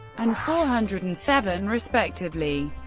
and four hundred and seven respectively.